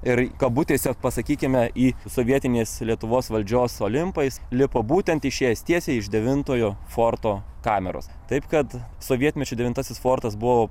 ir kabutėse pasakykime į sovietinės lietuvos valdžios olimpą jis lipo būtent išėjęs tiesiai iš devintojo forto kameros taip kad sovietmečiu devintasis fortas buvo